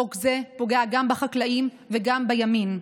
חוק זה פוגע גם בחקלאים וגם בימין.